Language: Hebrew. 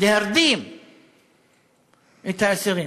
להרדים את האסירים.